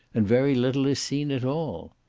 and very little is seen at all.